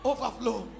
Overflow